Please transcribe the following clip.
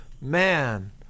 man